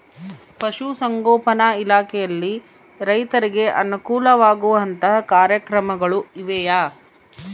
ಪಶುಸಂಗೋಪನಾ ಇಲಾಖೆಯಲ್ಲಿ ರೈತರಿಗೆ ಅನುಕೂಲ ಆಗುವಂತಹ ಕಾರ್ಯಕ್ರಮಗಳು ಇವೆಯಾ?